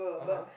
(uh huh)